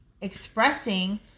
expressing